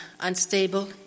unstable